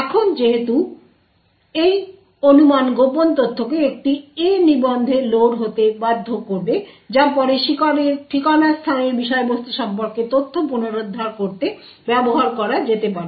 এখন যেহেতু এই অনুমান গোপন তথ্যকে একটি A নিবন্ধে লোড হতে বাধ্য করবে যা পরে শিকারের ঠিকানা স্থানের বিষয়বস্তু সম্পর্কে তথ্য পুনরুদ্ধার করতে ব্যবহার করা যেতে পারে